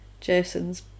jason's